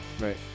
Right